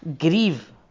grieve